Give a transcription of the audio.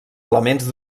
elements